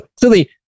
clearly